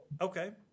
okay